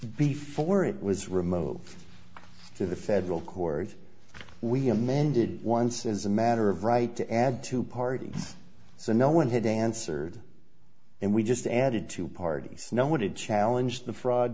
before it was removed to the federal court we amended once as a matter of right to add two parties so no one had answered and we just added two parties no want to challenge the fraud